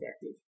effective